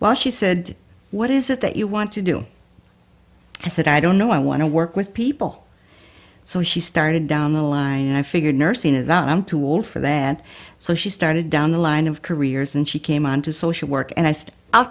well she said what is it that you want to do i said i don't know i want to work with people so she started down the line and i figured nursing is out i'm too old for that so she started down the line of careers and she came on to social work and i said i'll